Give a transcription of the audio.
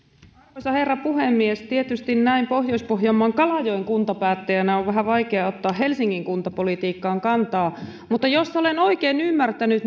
arvoisa herra puhemies tietysti näin pohjois pohjanmaan kalajoen kuntapäättäjänä on vähän vaikea ottaa helsingin kuntapolitiikkaan kantaa mutta jos olen oikein ymmärtänyt